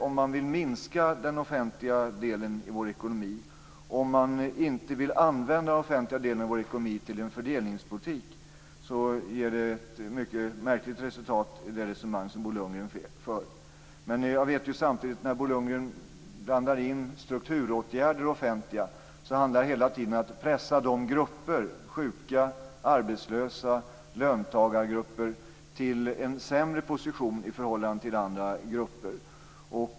Om man vill minska den offentliga delen i vår ekonomi och inte använda den offentliga delen i vår ekonomi till fördelningspolitik ger det ett mycket märkligt resultat med det resonemang som Bo Lundgren för. När Bo Lundgren blandar in strukturåtgärder och det offentliga handlar det hela tiden om att pressa grupper - sjuka, arbetslösa och löntagargrupper - till en sämre position i förhållande till andra grupper.